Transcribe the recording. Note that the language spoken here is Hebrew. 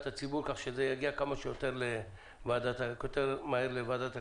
הציבור כך שהן יגיעו כמה שיותר מהר לוועדת הכלכלה.